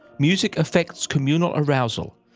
music affects communal arousal,